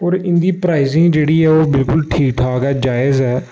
होर इं'दी प्राइजिंग जेह्ड़ी ऐ ओह् बिल्कुल ठीक ठाक ऐ जायज ऐ